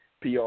PR